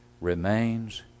remains